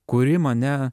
kuri mane